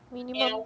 minimum